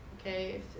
Okay